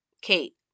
Kate